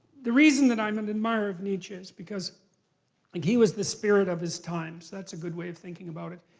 the reason that i'm an and admirer of nietzsche is because like he was the spirit of his times, that's a good way of thinking about it.